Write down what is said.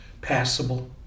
passable